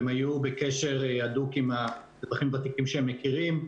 והם היו בקשר הדוק עם האזרחים הוותיקים שהם מכירים.